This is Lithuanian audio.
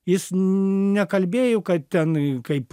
jis nekalbėjo kad ten kaip